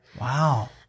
Wow